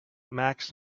max